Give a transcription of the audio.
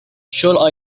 shall